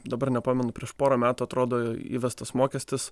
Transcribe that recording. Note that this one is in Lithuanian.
dabar nepamenu prieš porą metų atrodo įvestas mokestis